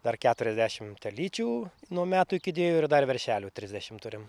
dar keturiasdešim telyčių nuo metų iki dviejų ir dar veršelių trisdešim turim